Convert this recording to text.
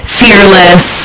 fearless